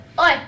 oi